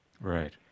Right